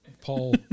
Paul